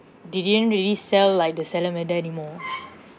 they didn't really sell like the salamander anymore